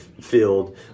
field